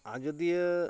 ᱟᱡᱚᱫᱤᱭᱟᱹ